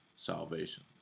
salvation